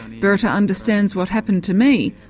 bertha understands what happened to me.